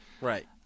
Right